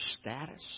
status